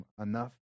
enough